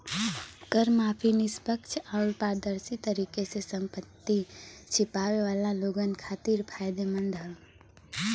कर माफी निष्पक्ष आउर पारदर्शी तरीके से संपत्ति छिपावे वाला लोगन खातिर फायदेमंद हौ